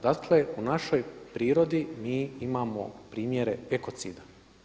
Dakle u našoj prirodi mi imamo primjere ekocida.